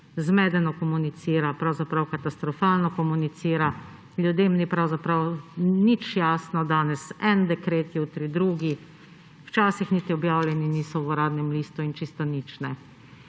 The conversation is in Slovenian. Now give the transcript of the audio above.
zmedeno komunicira, pravzaprav katastrofalno komunicira? Ljudem ni pravzaprav nič jasno, danes en dekret, jutri drugi, včasih niti objavljeni niso v Uradnem listu in čisto nič.